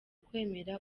kwemera